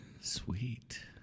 Sweet